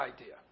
idea